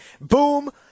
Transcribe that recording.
Boom